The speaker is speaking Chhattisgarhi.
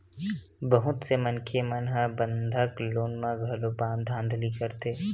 बहुत से मनखे मन ह बंधक लोन म घलो धांधली करथे